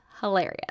hilarious